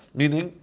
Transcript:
meaning